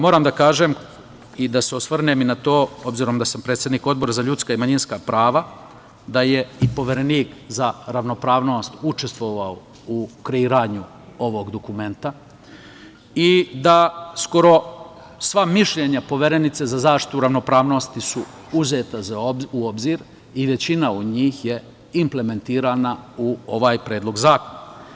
Moram da kažem i da se osvrnem i na to, obzirom da sam predsednik Odbora za ljudska i manjinska prava, da je i Poverenik za ravnopravnost učestvovao u kreiranju ovog dokumenta i da skoro sva mišljenja Poverenice za zaštitu ravnopravnosti su uzeta u obzir i većina od njih je implementirana u ovaj predlog zakona.